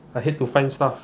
I hate to find stuff